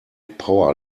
power